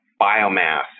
biomass